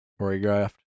choreographed